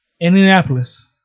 Indianapolis